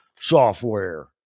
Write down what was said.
software